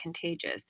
contagious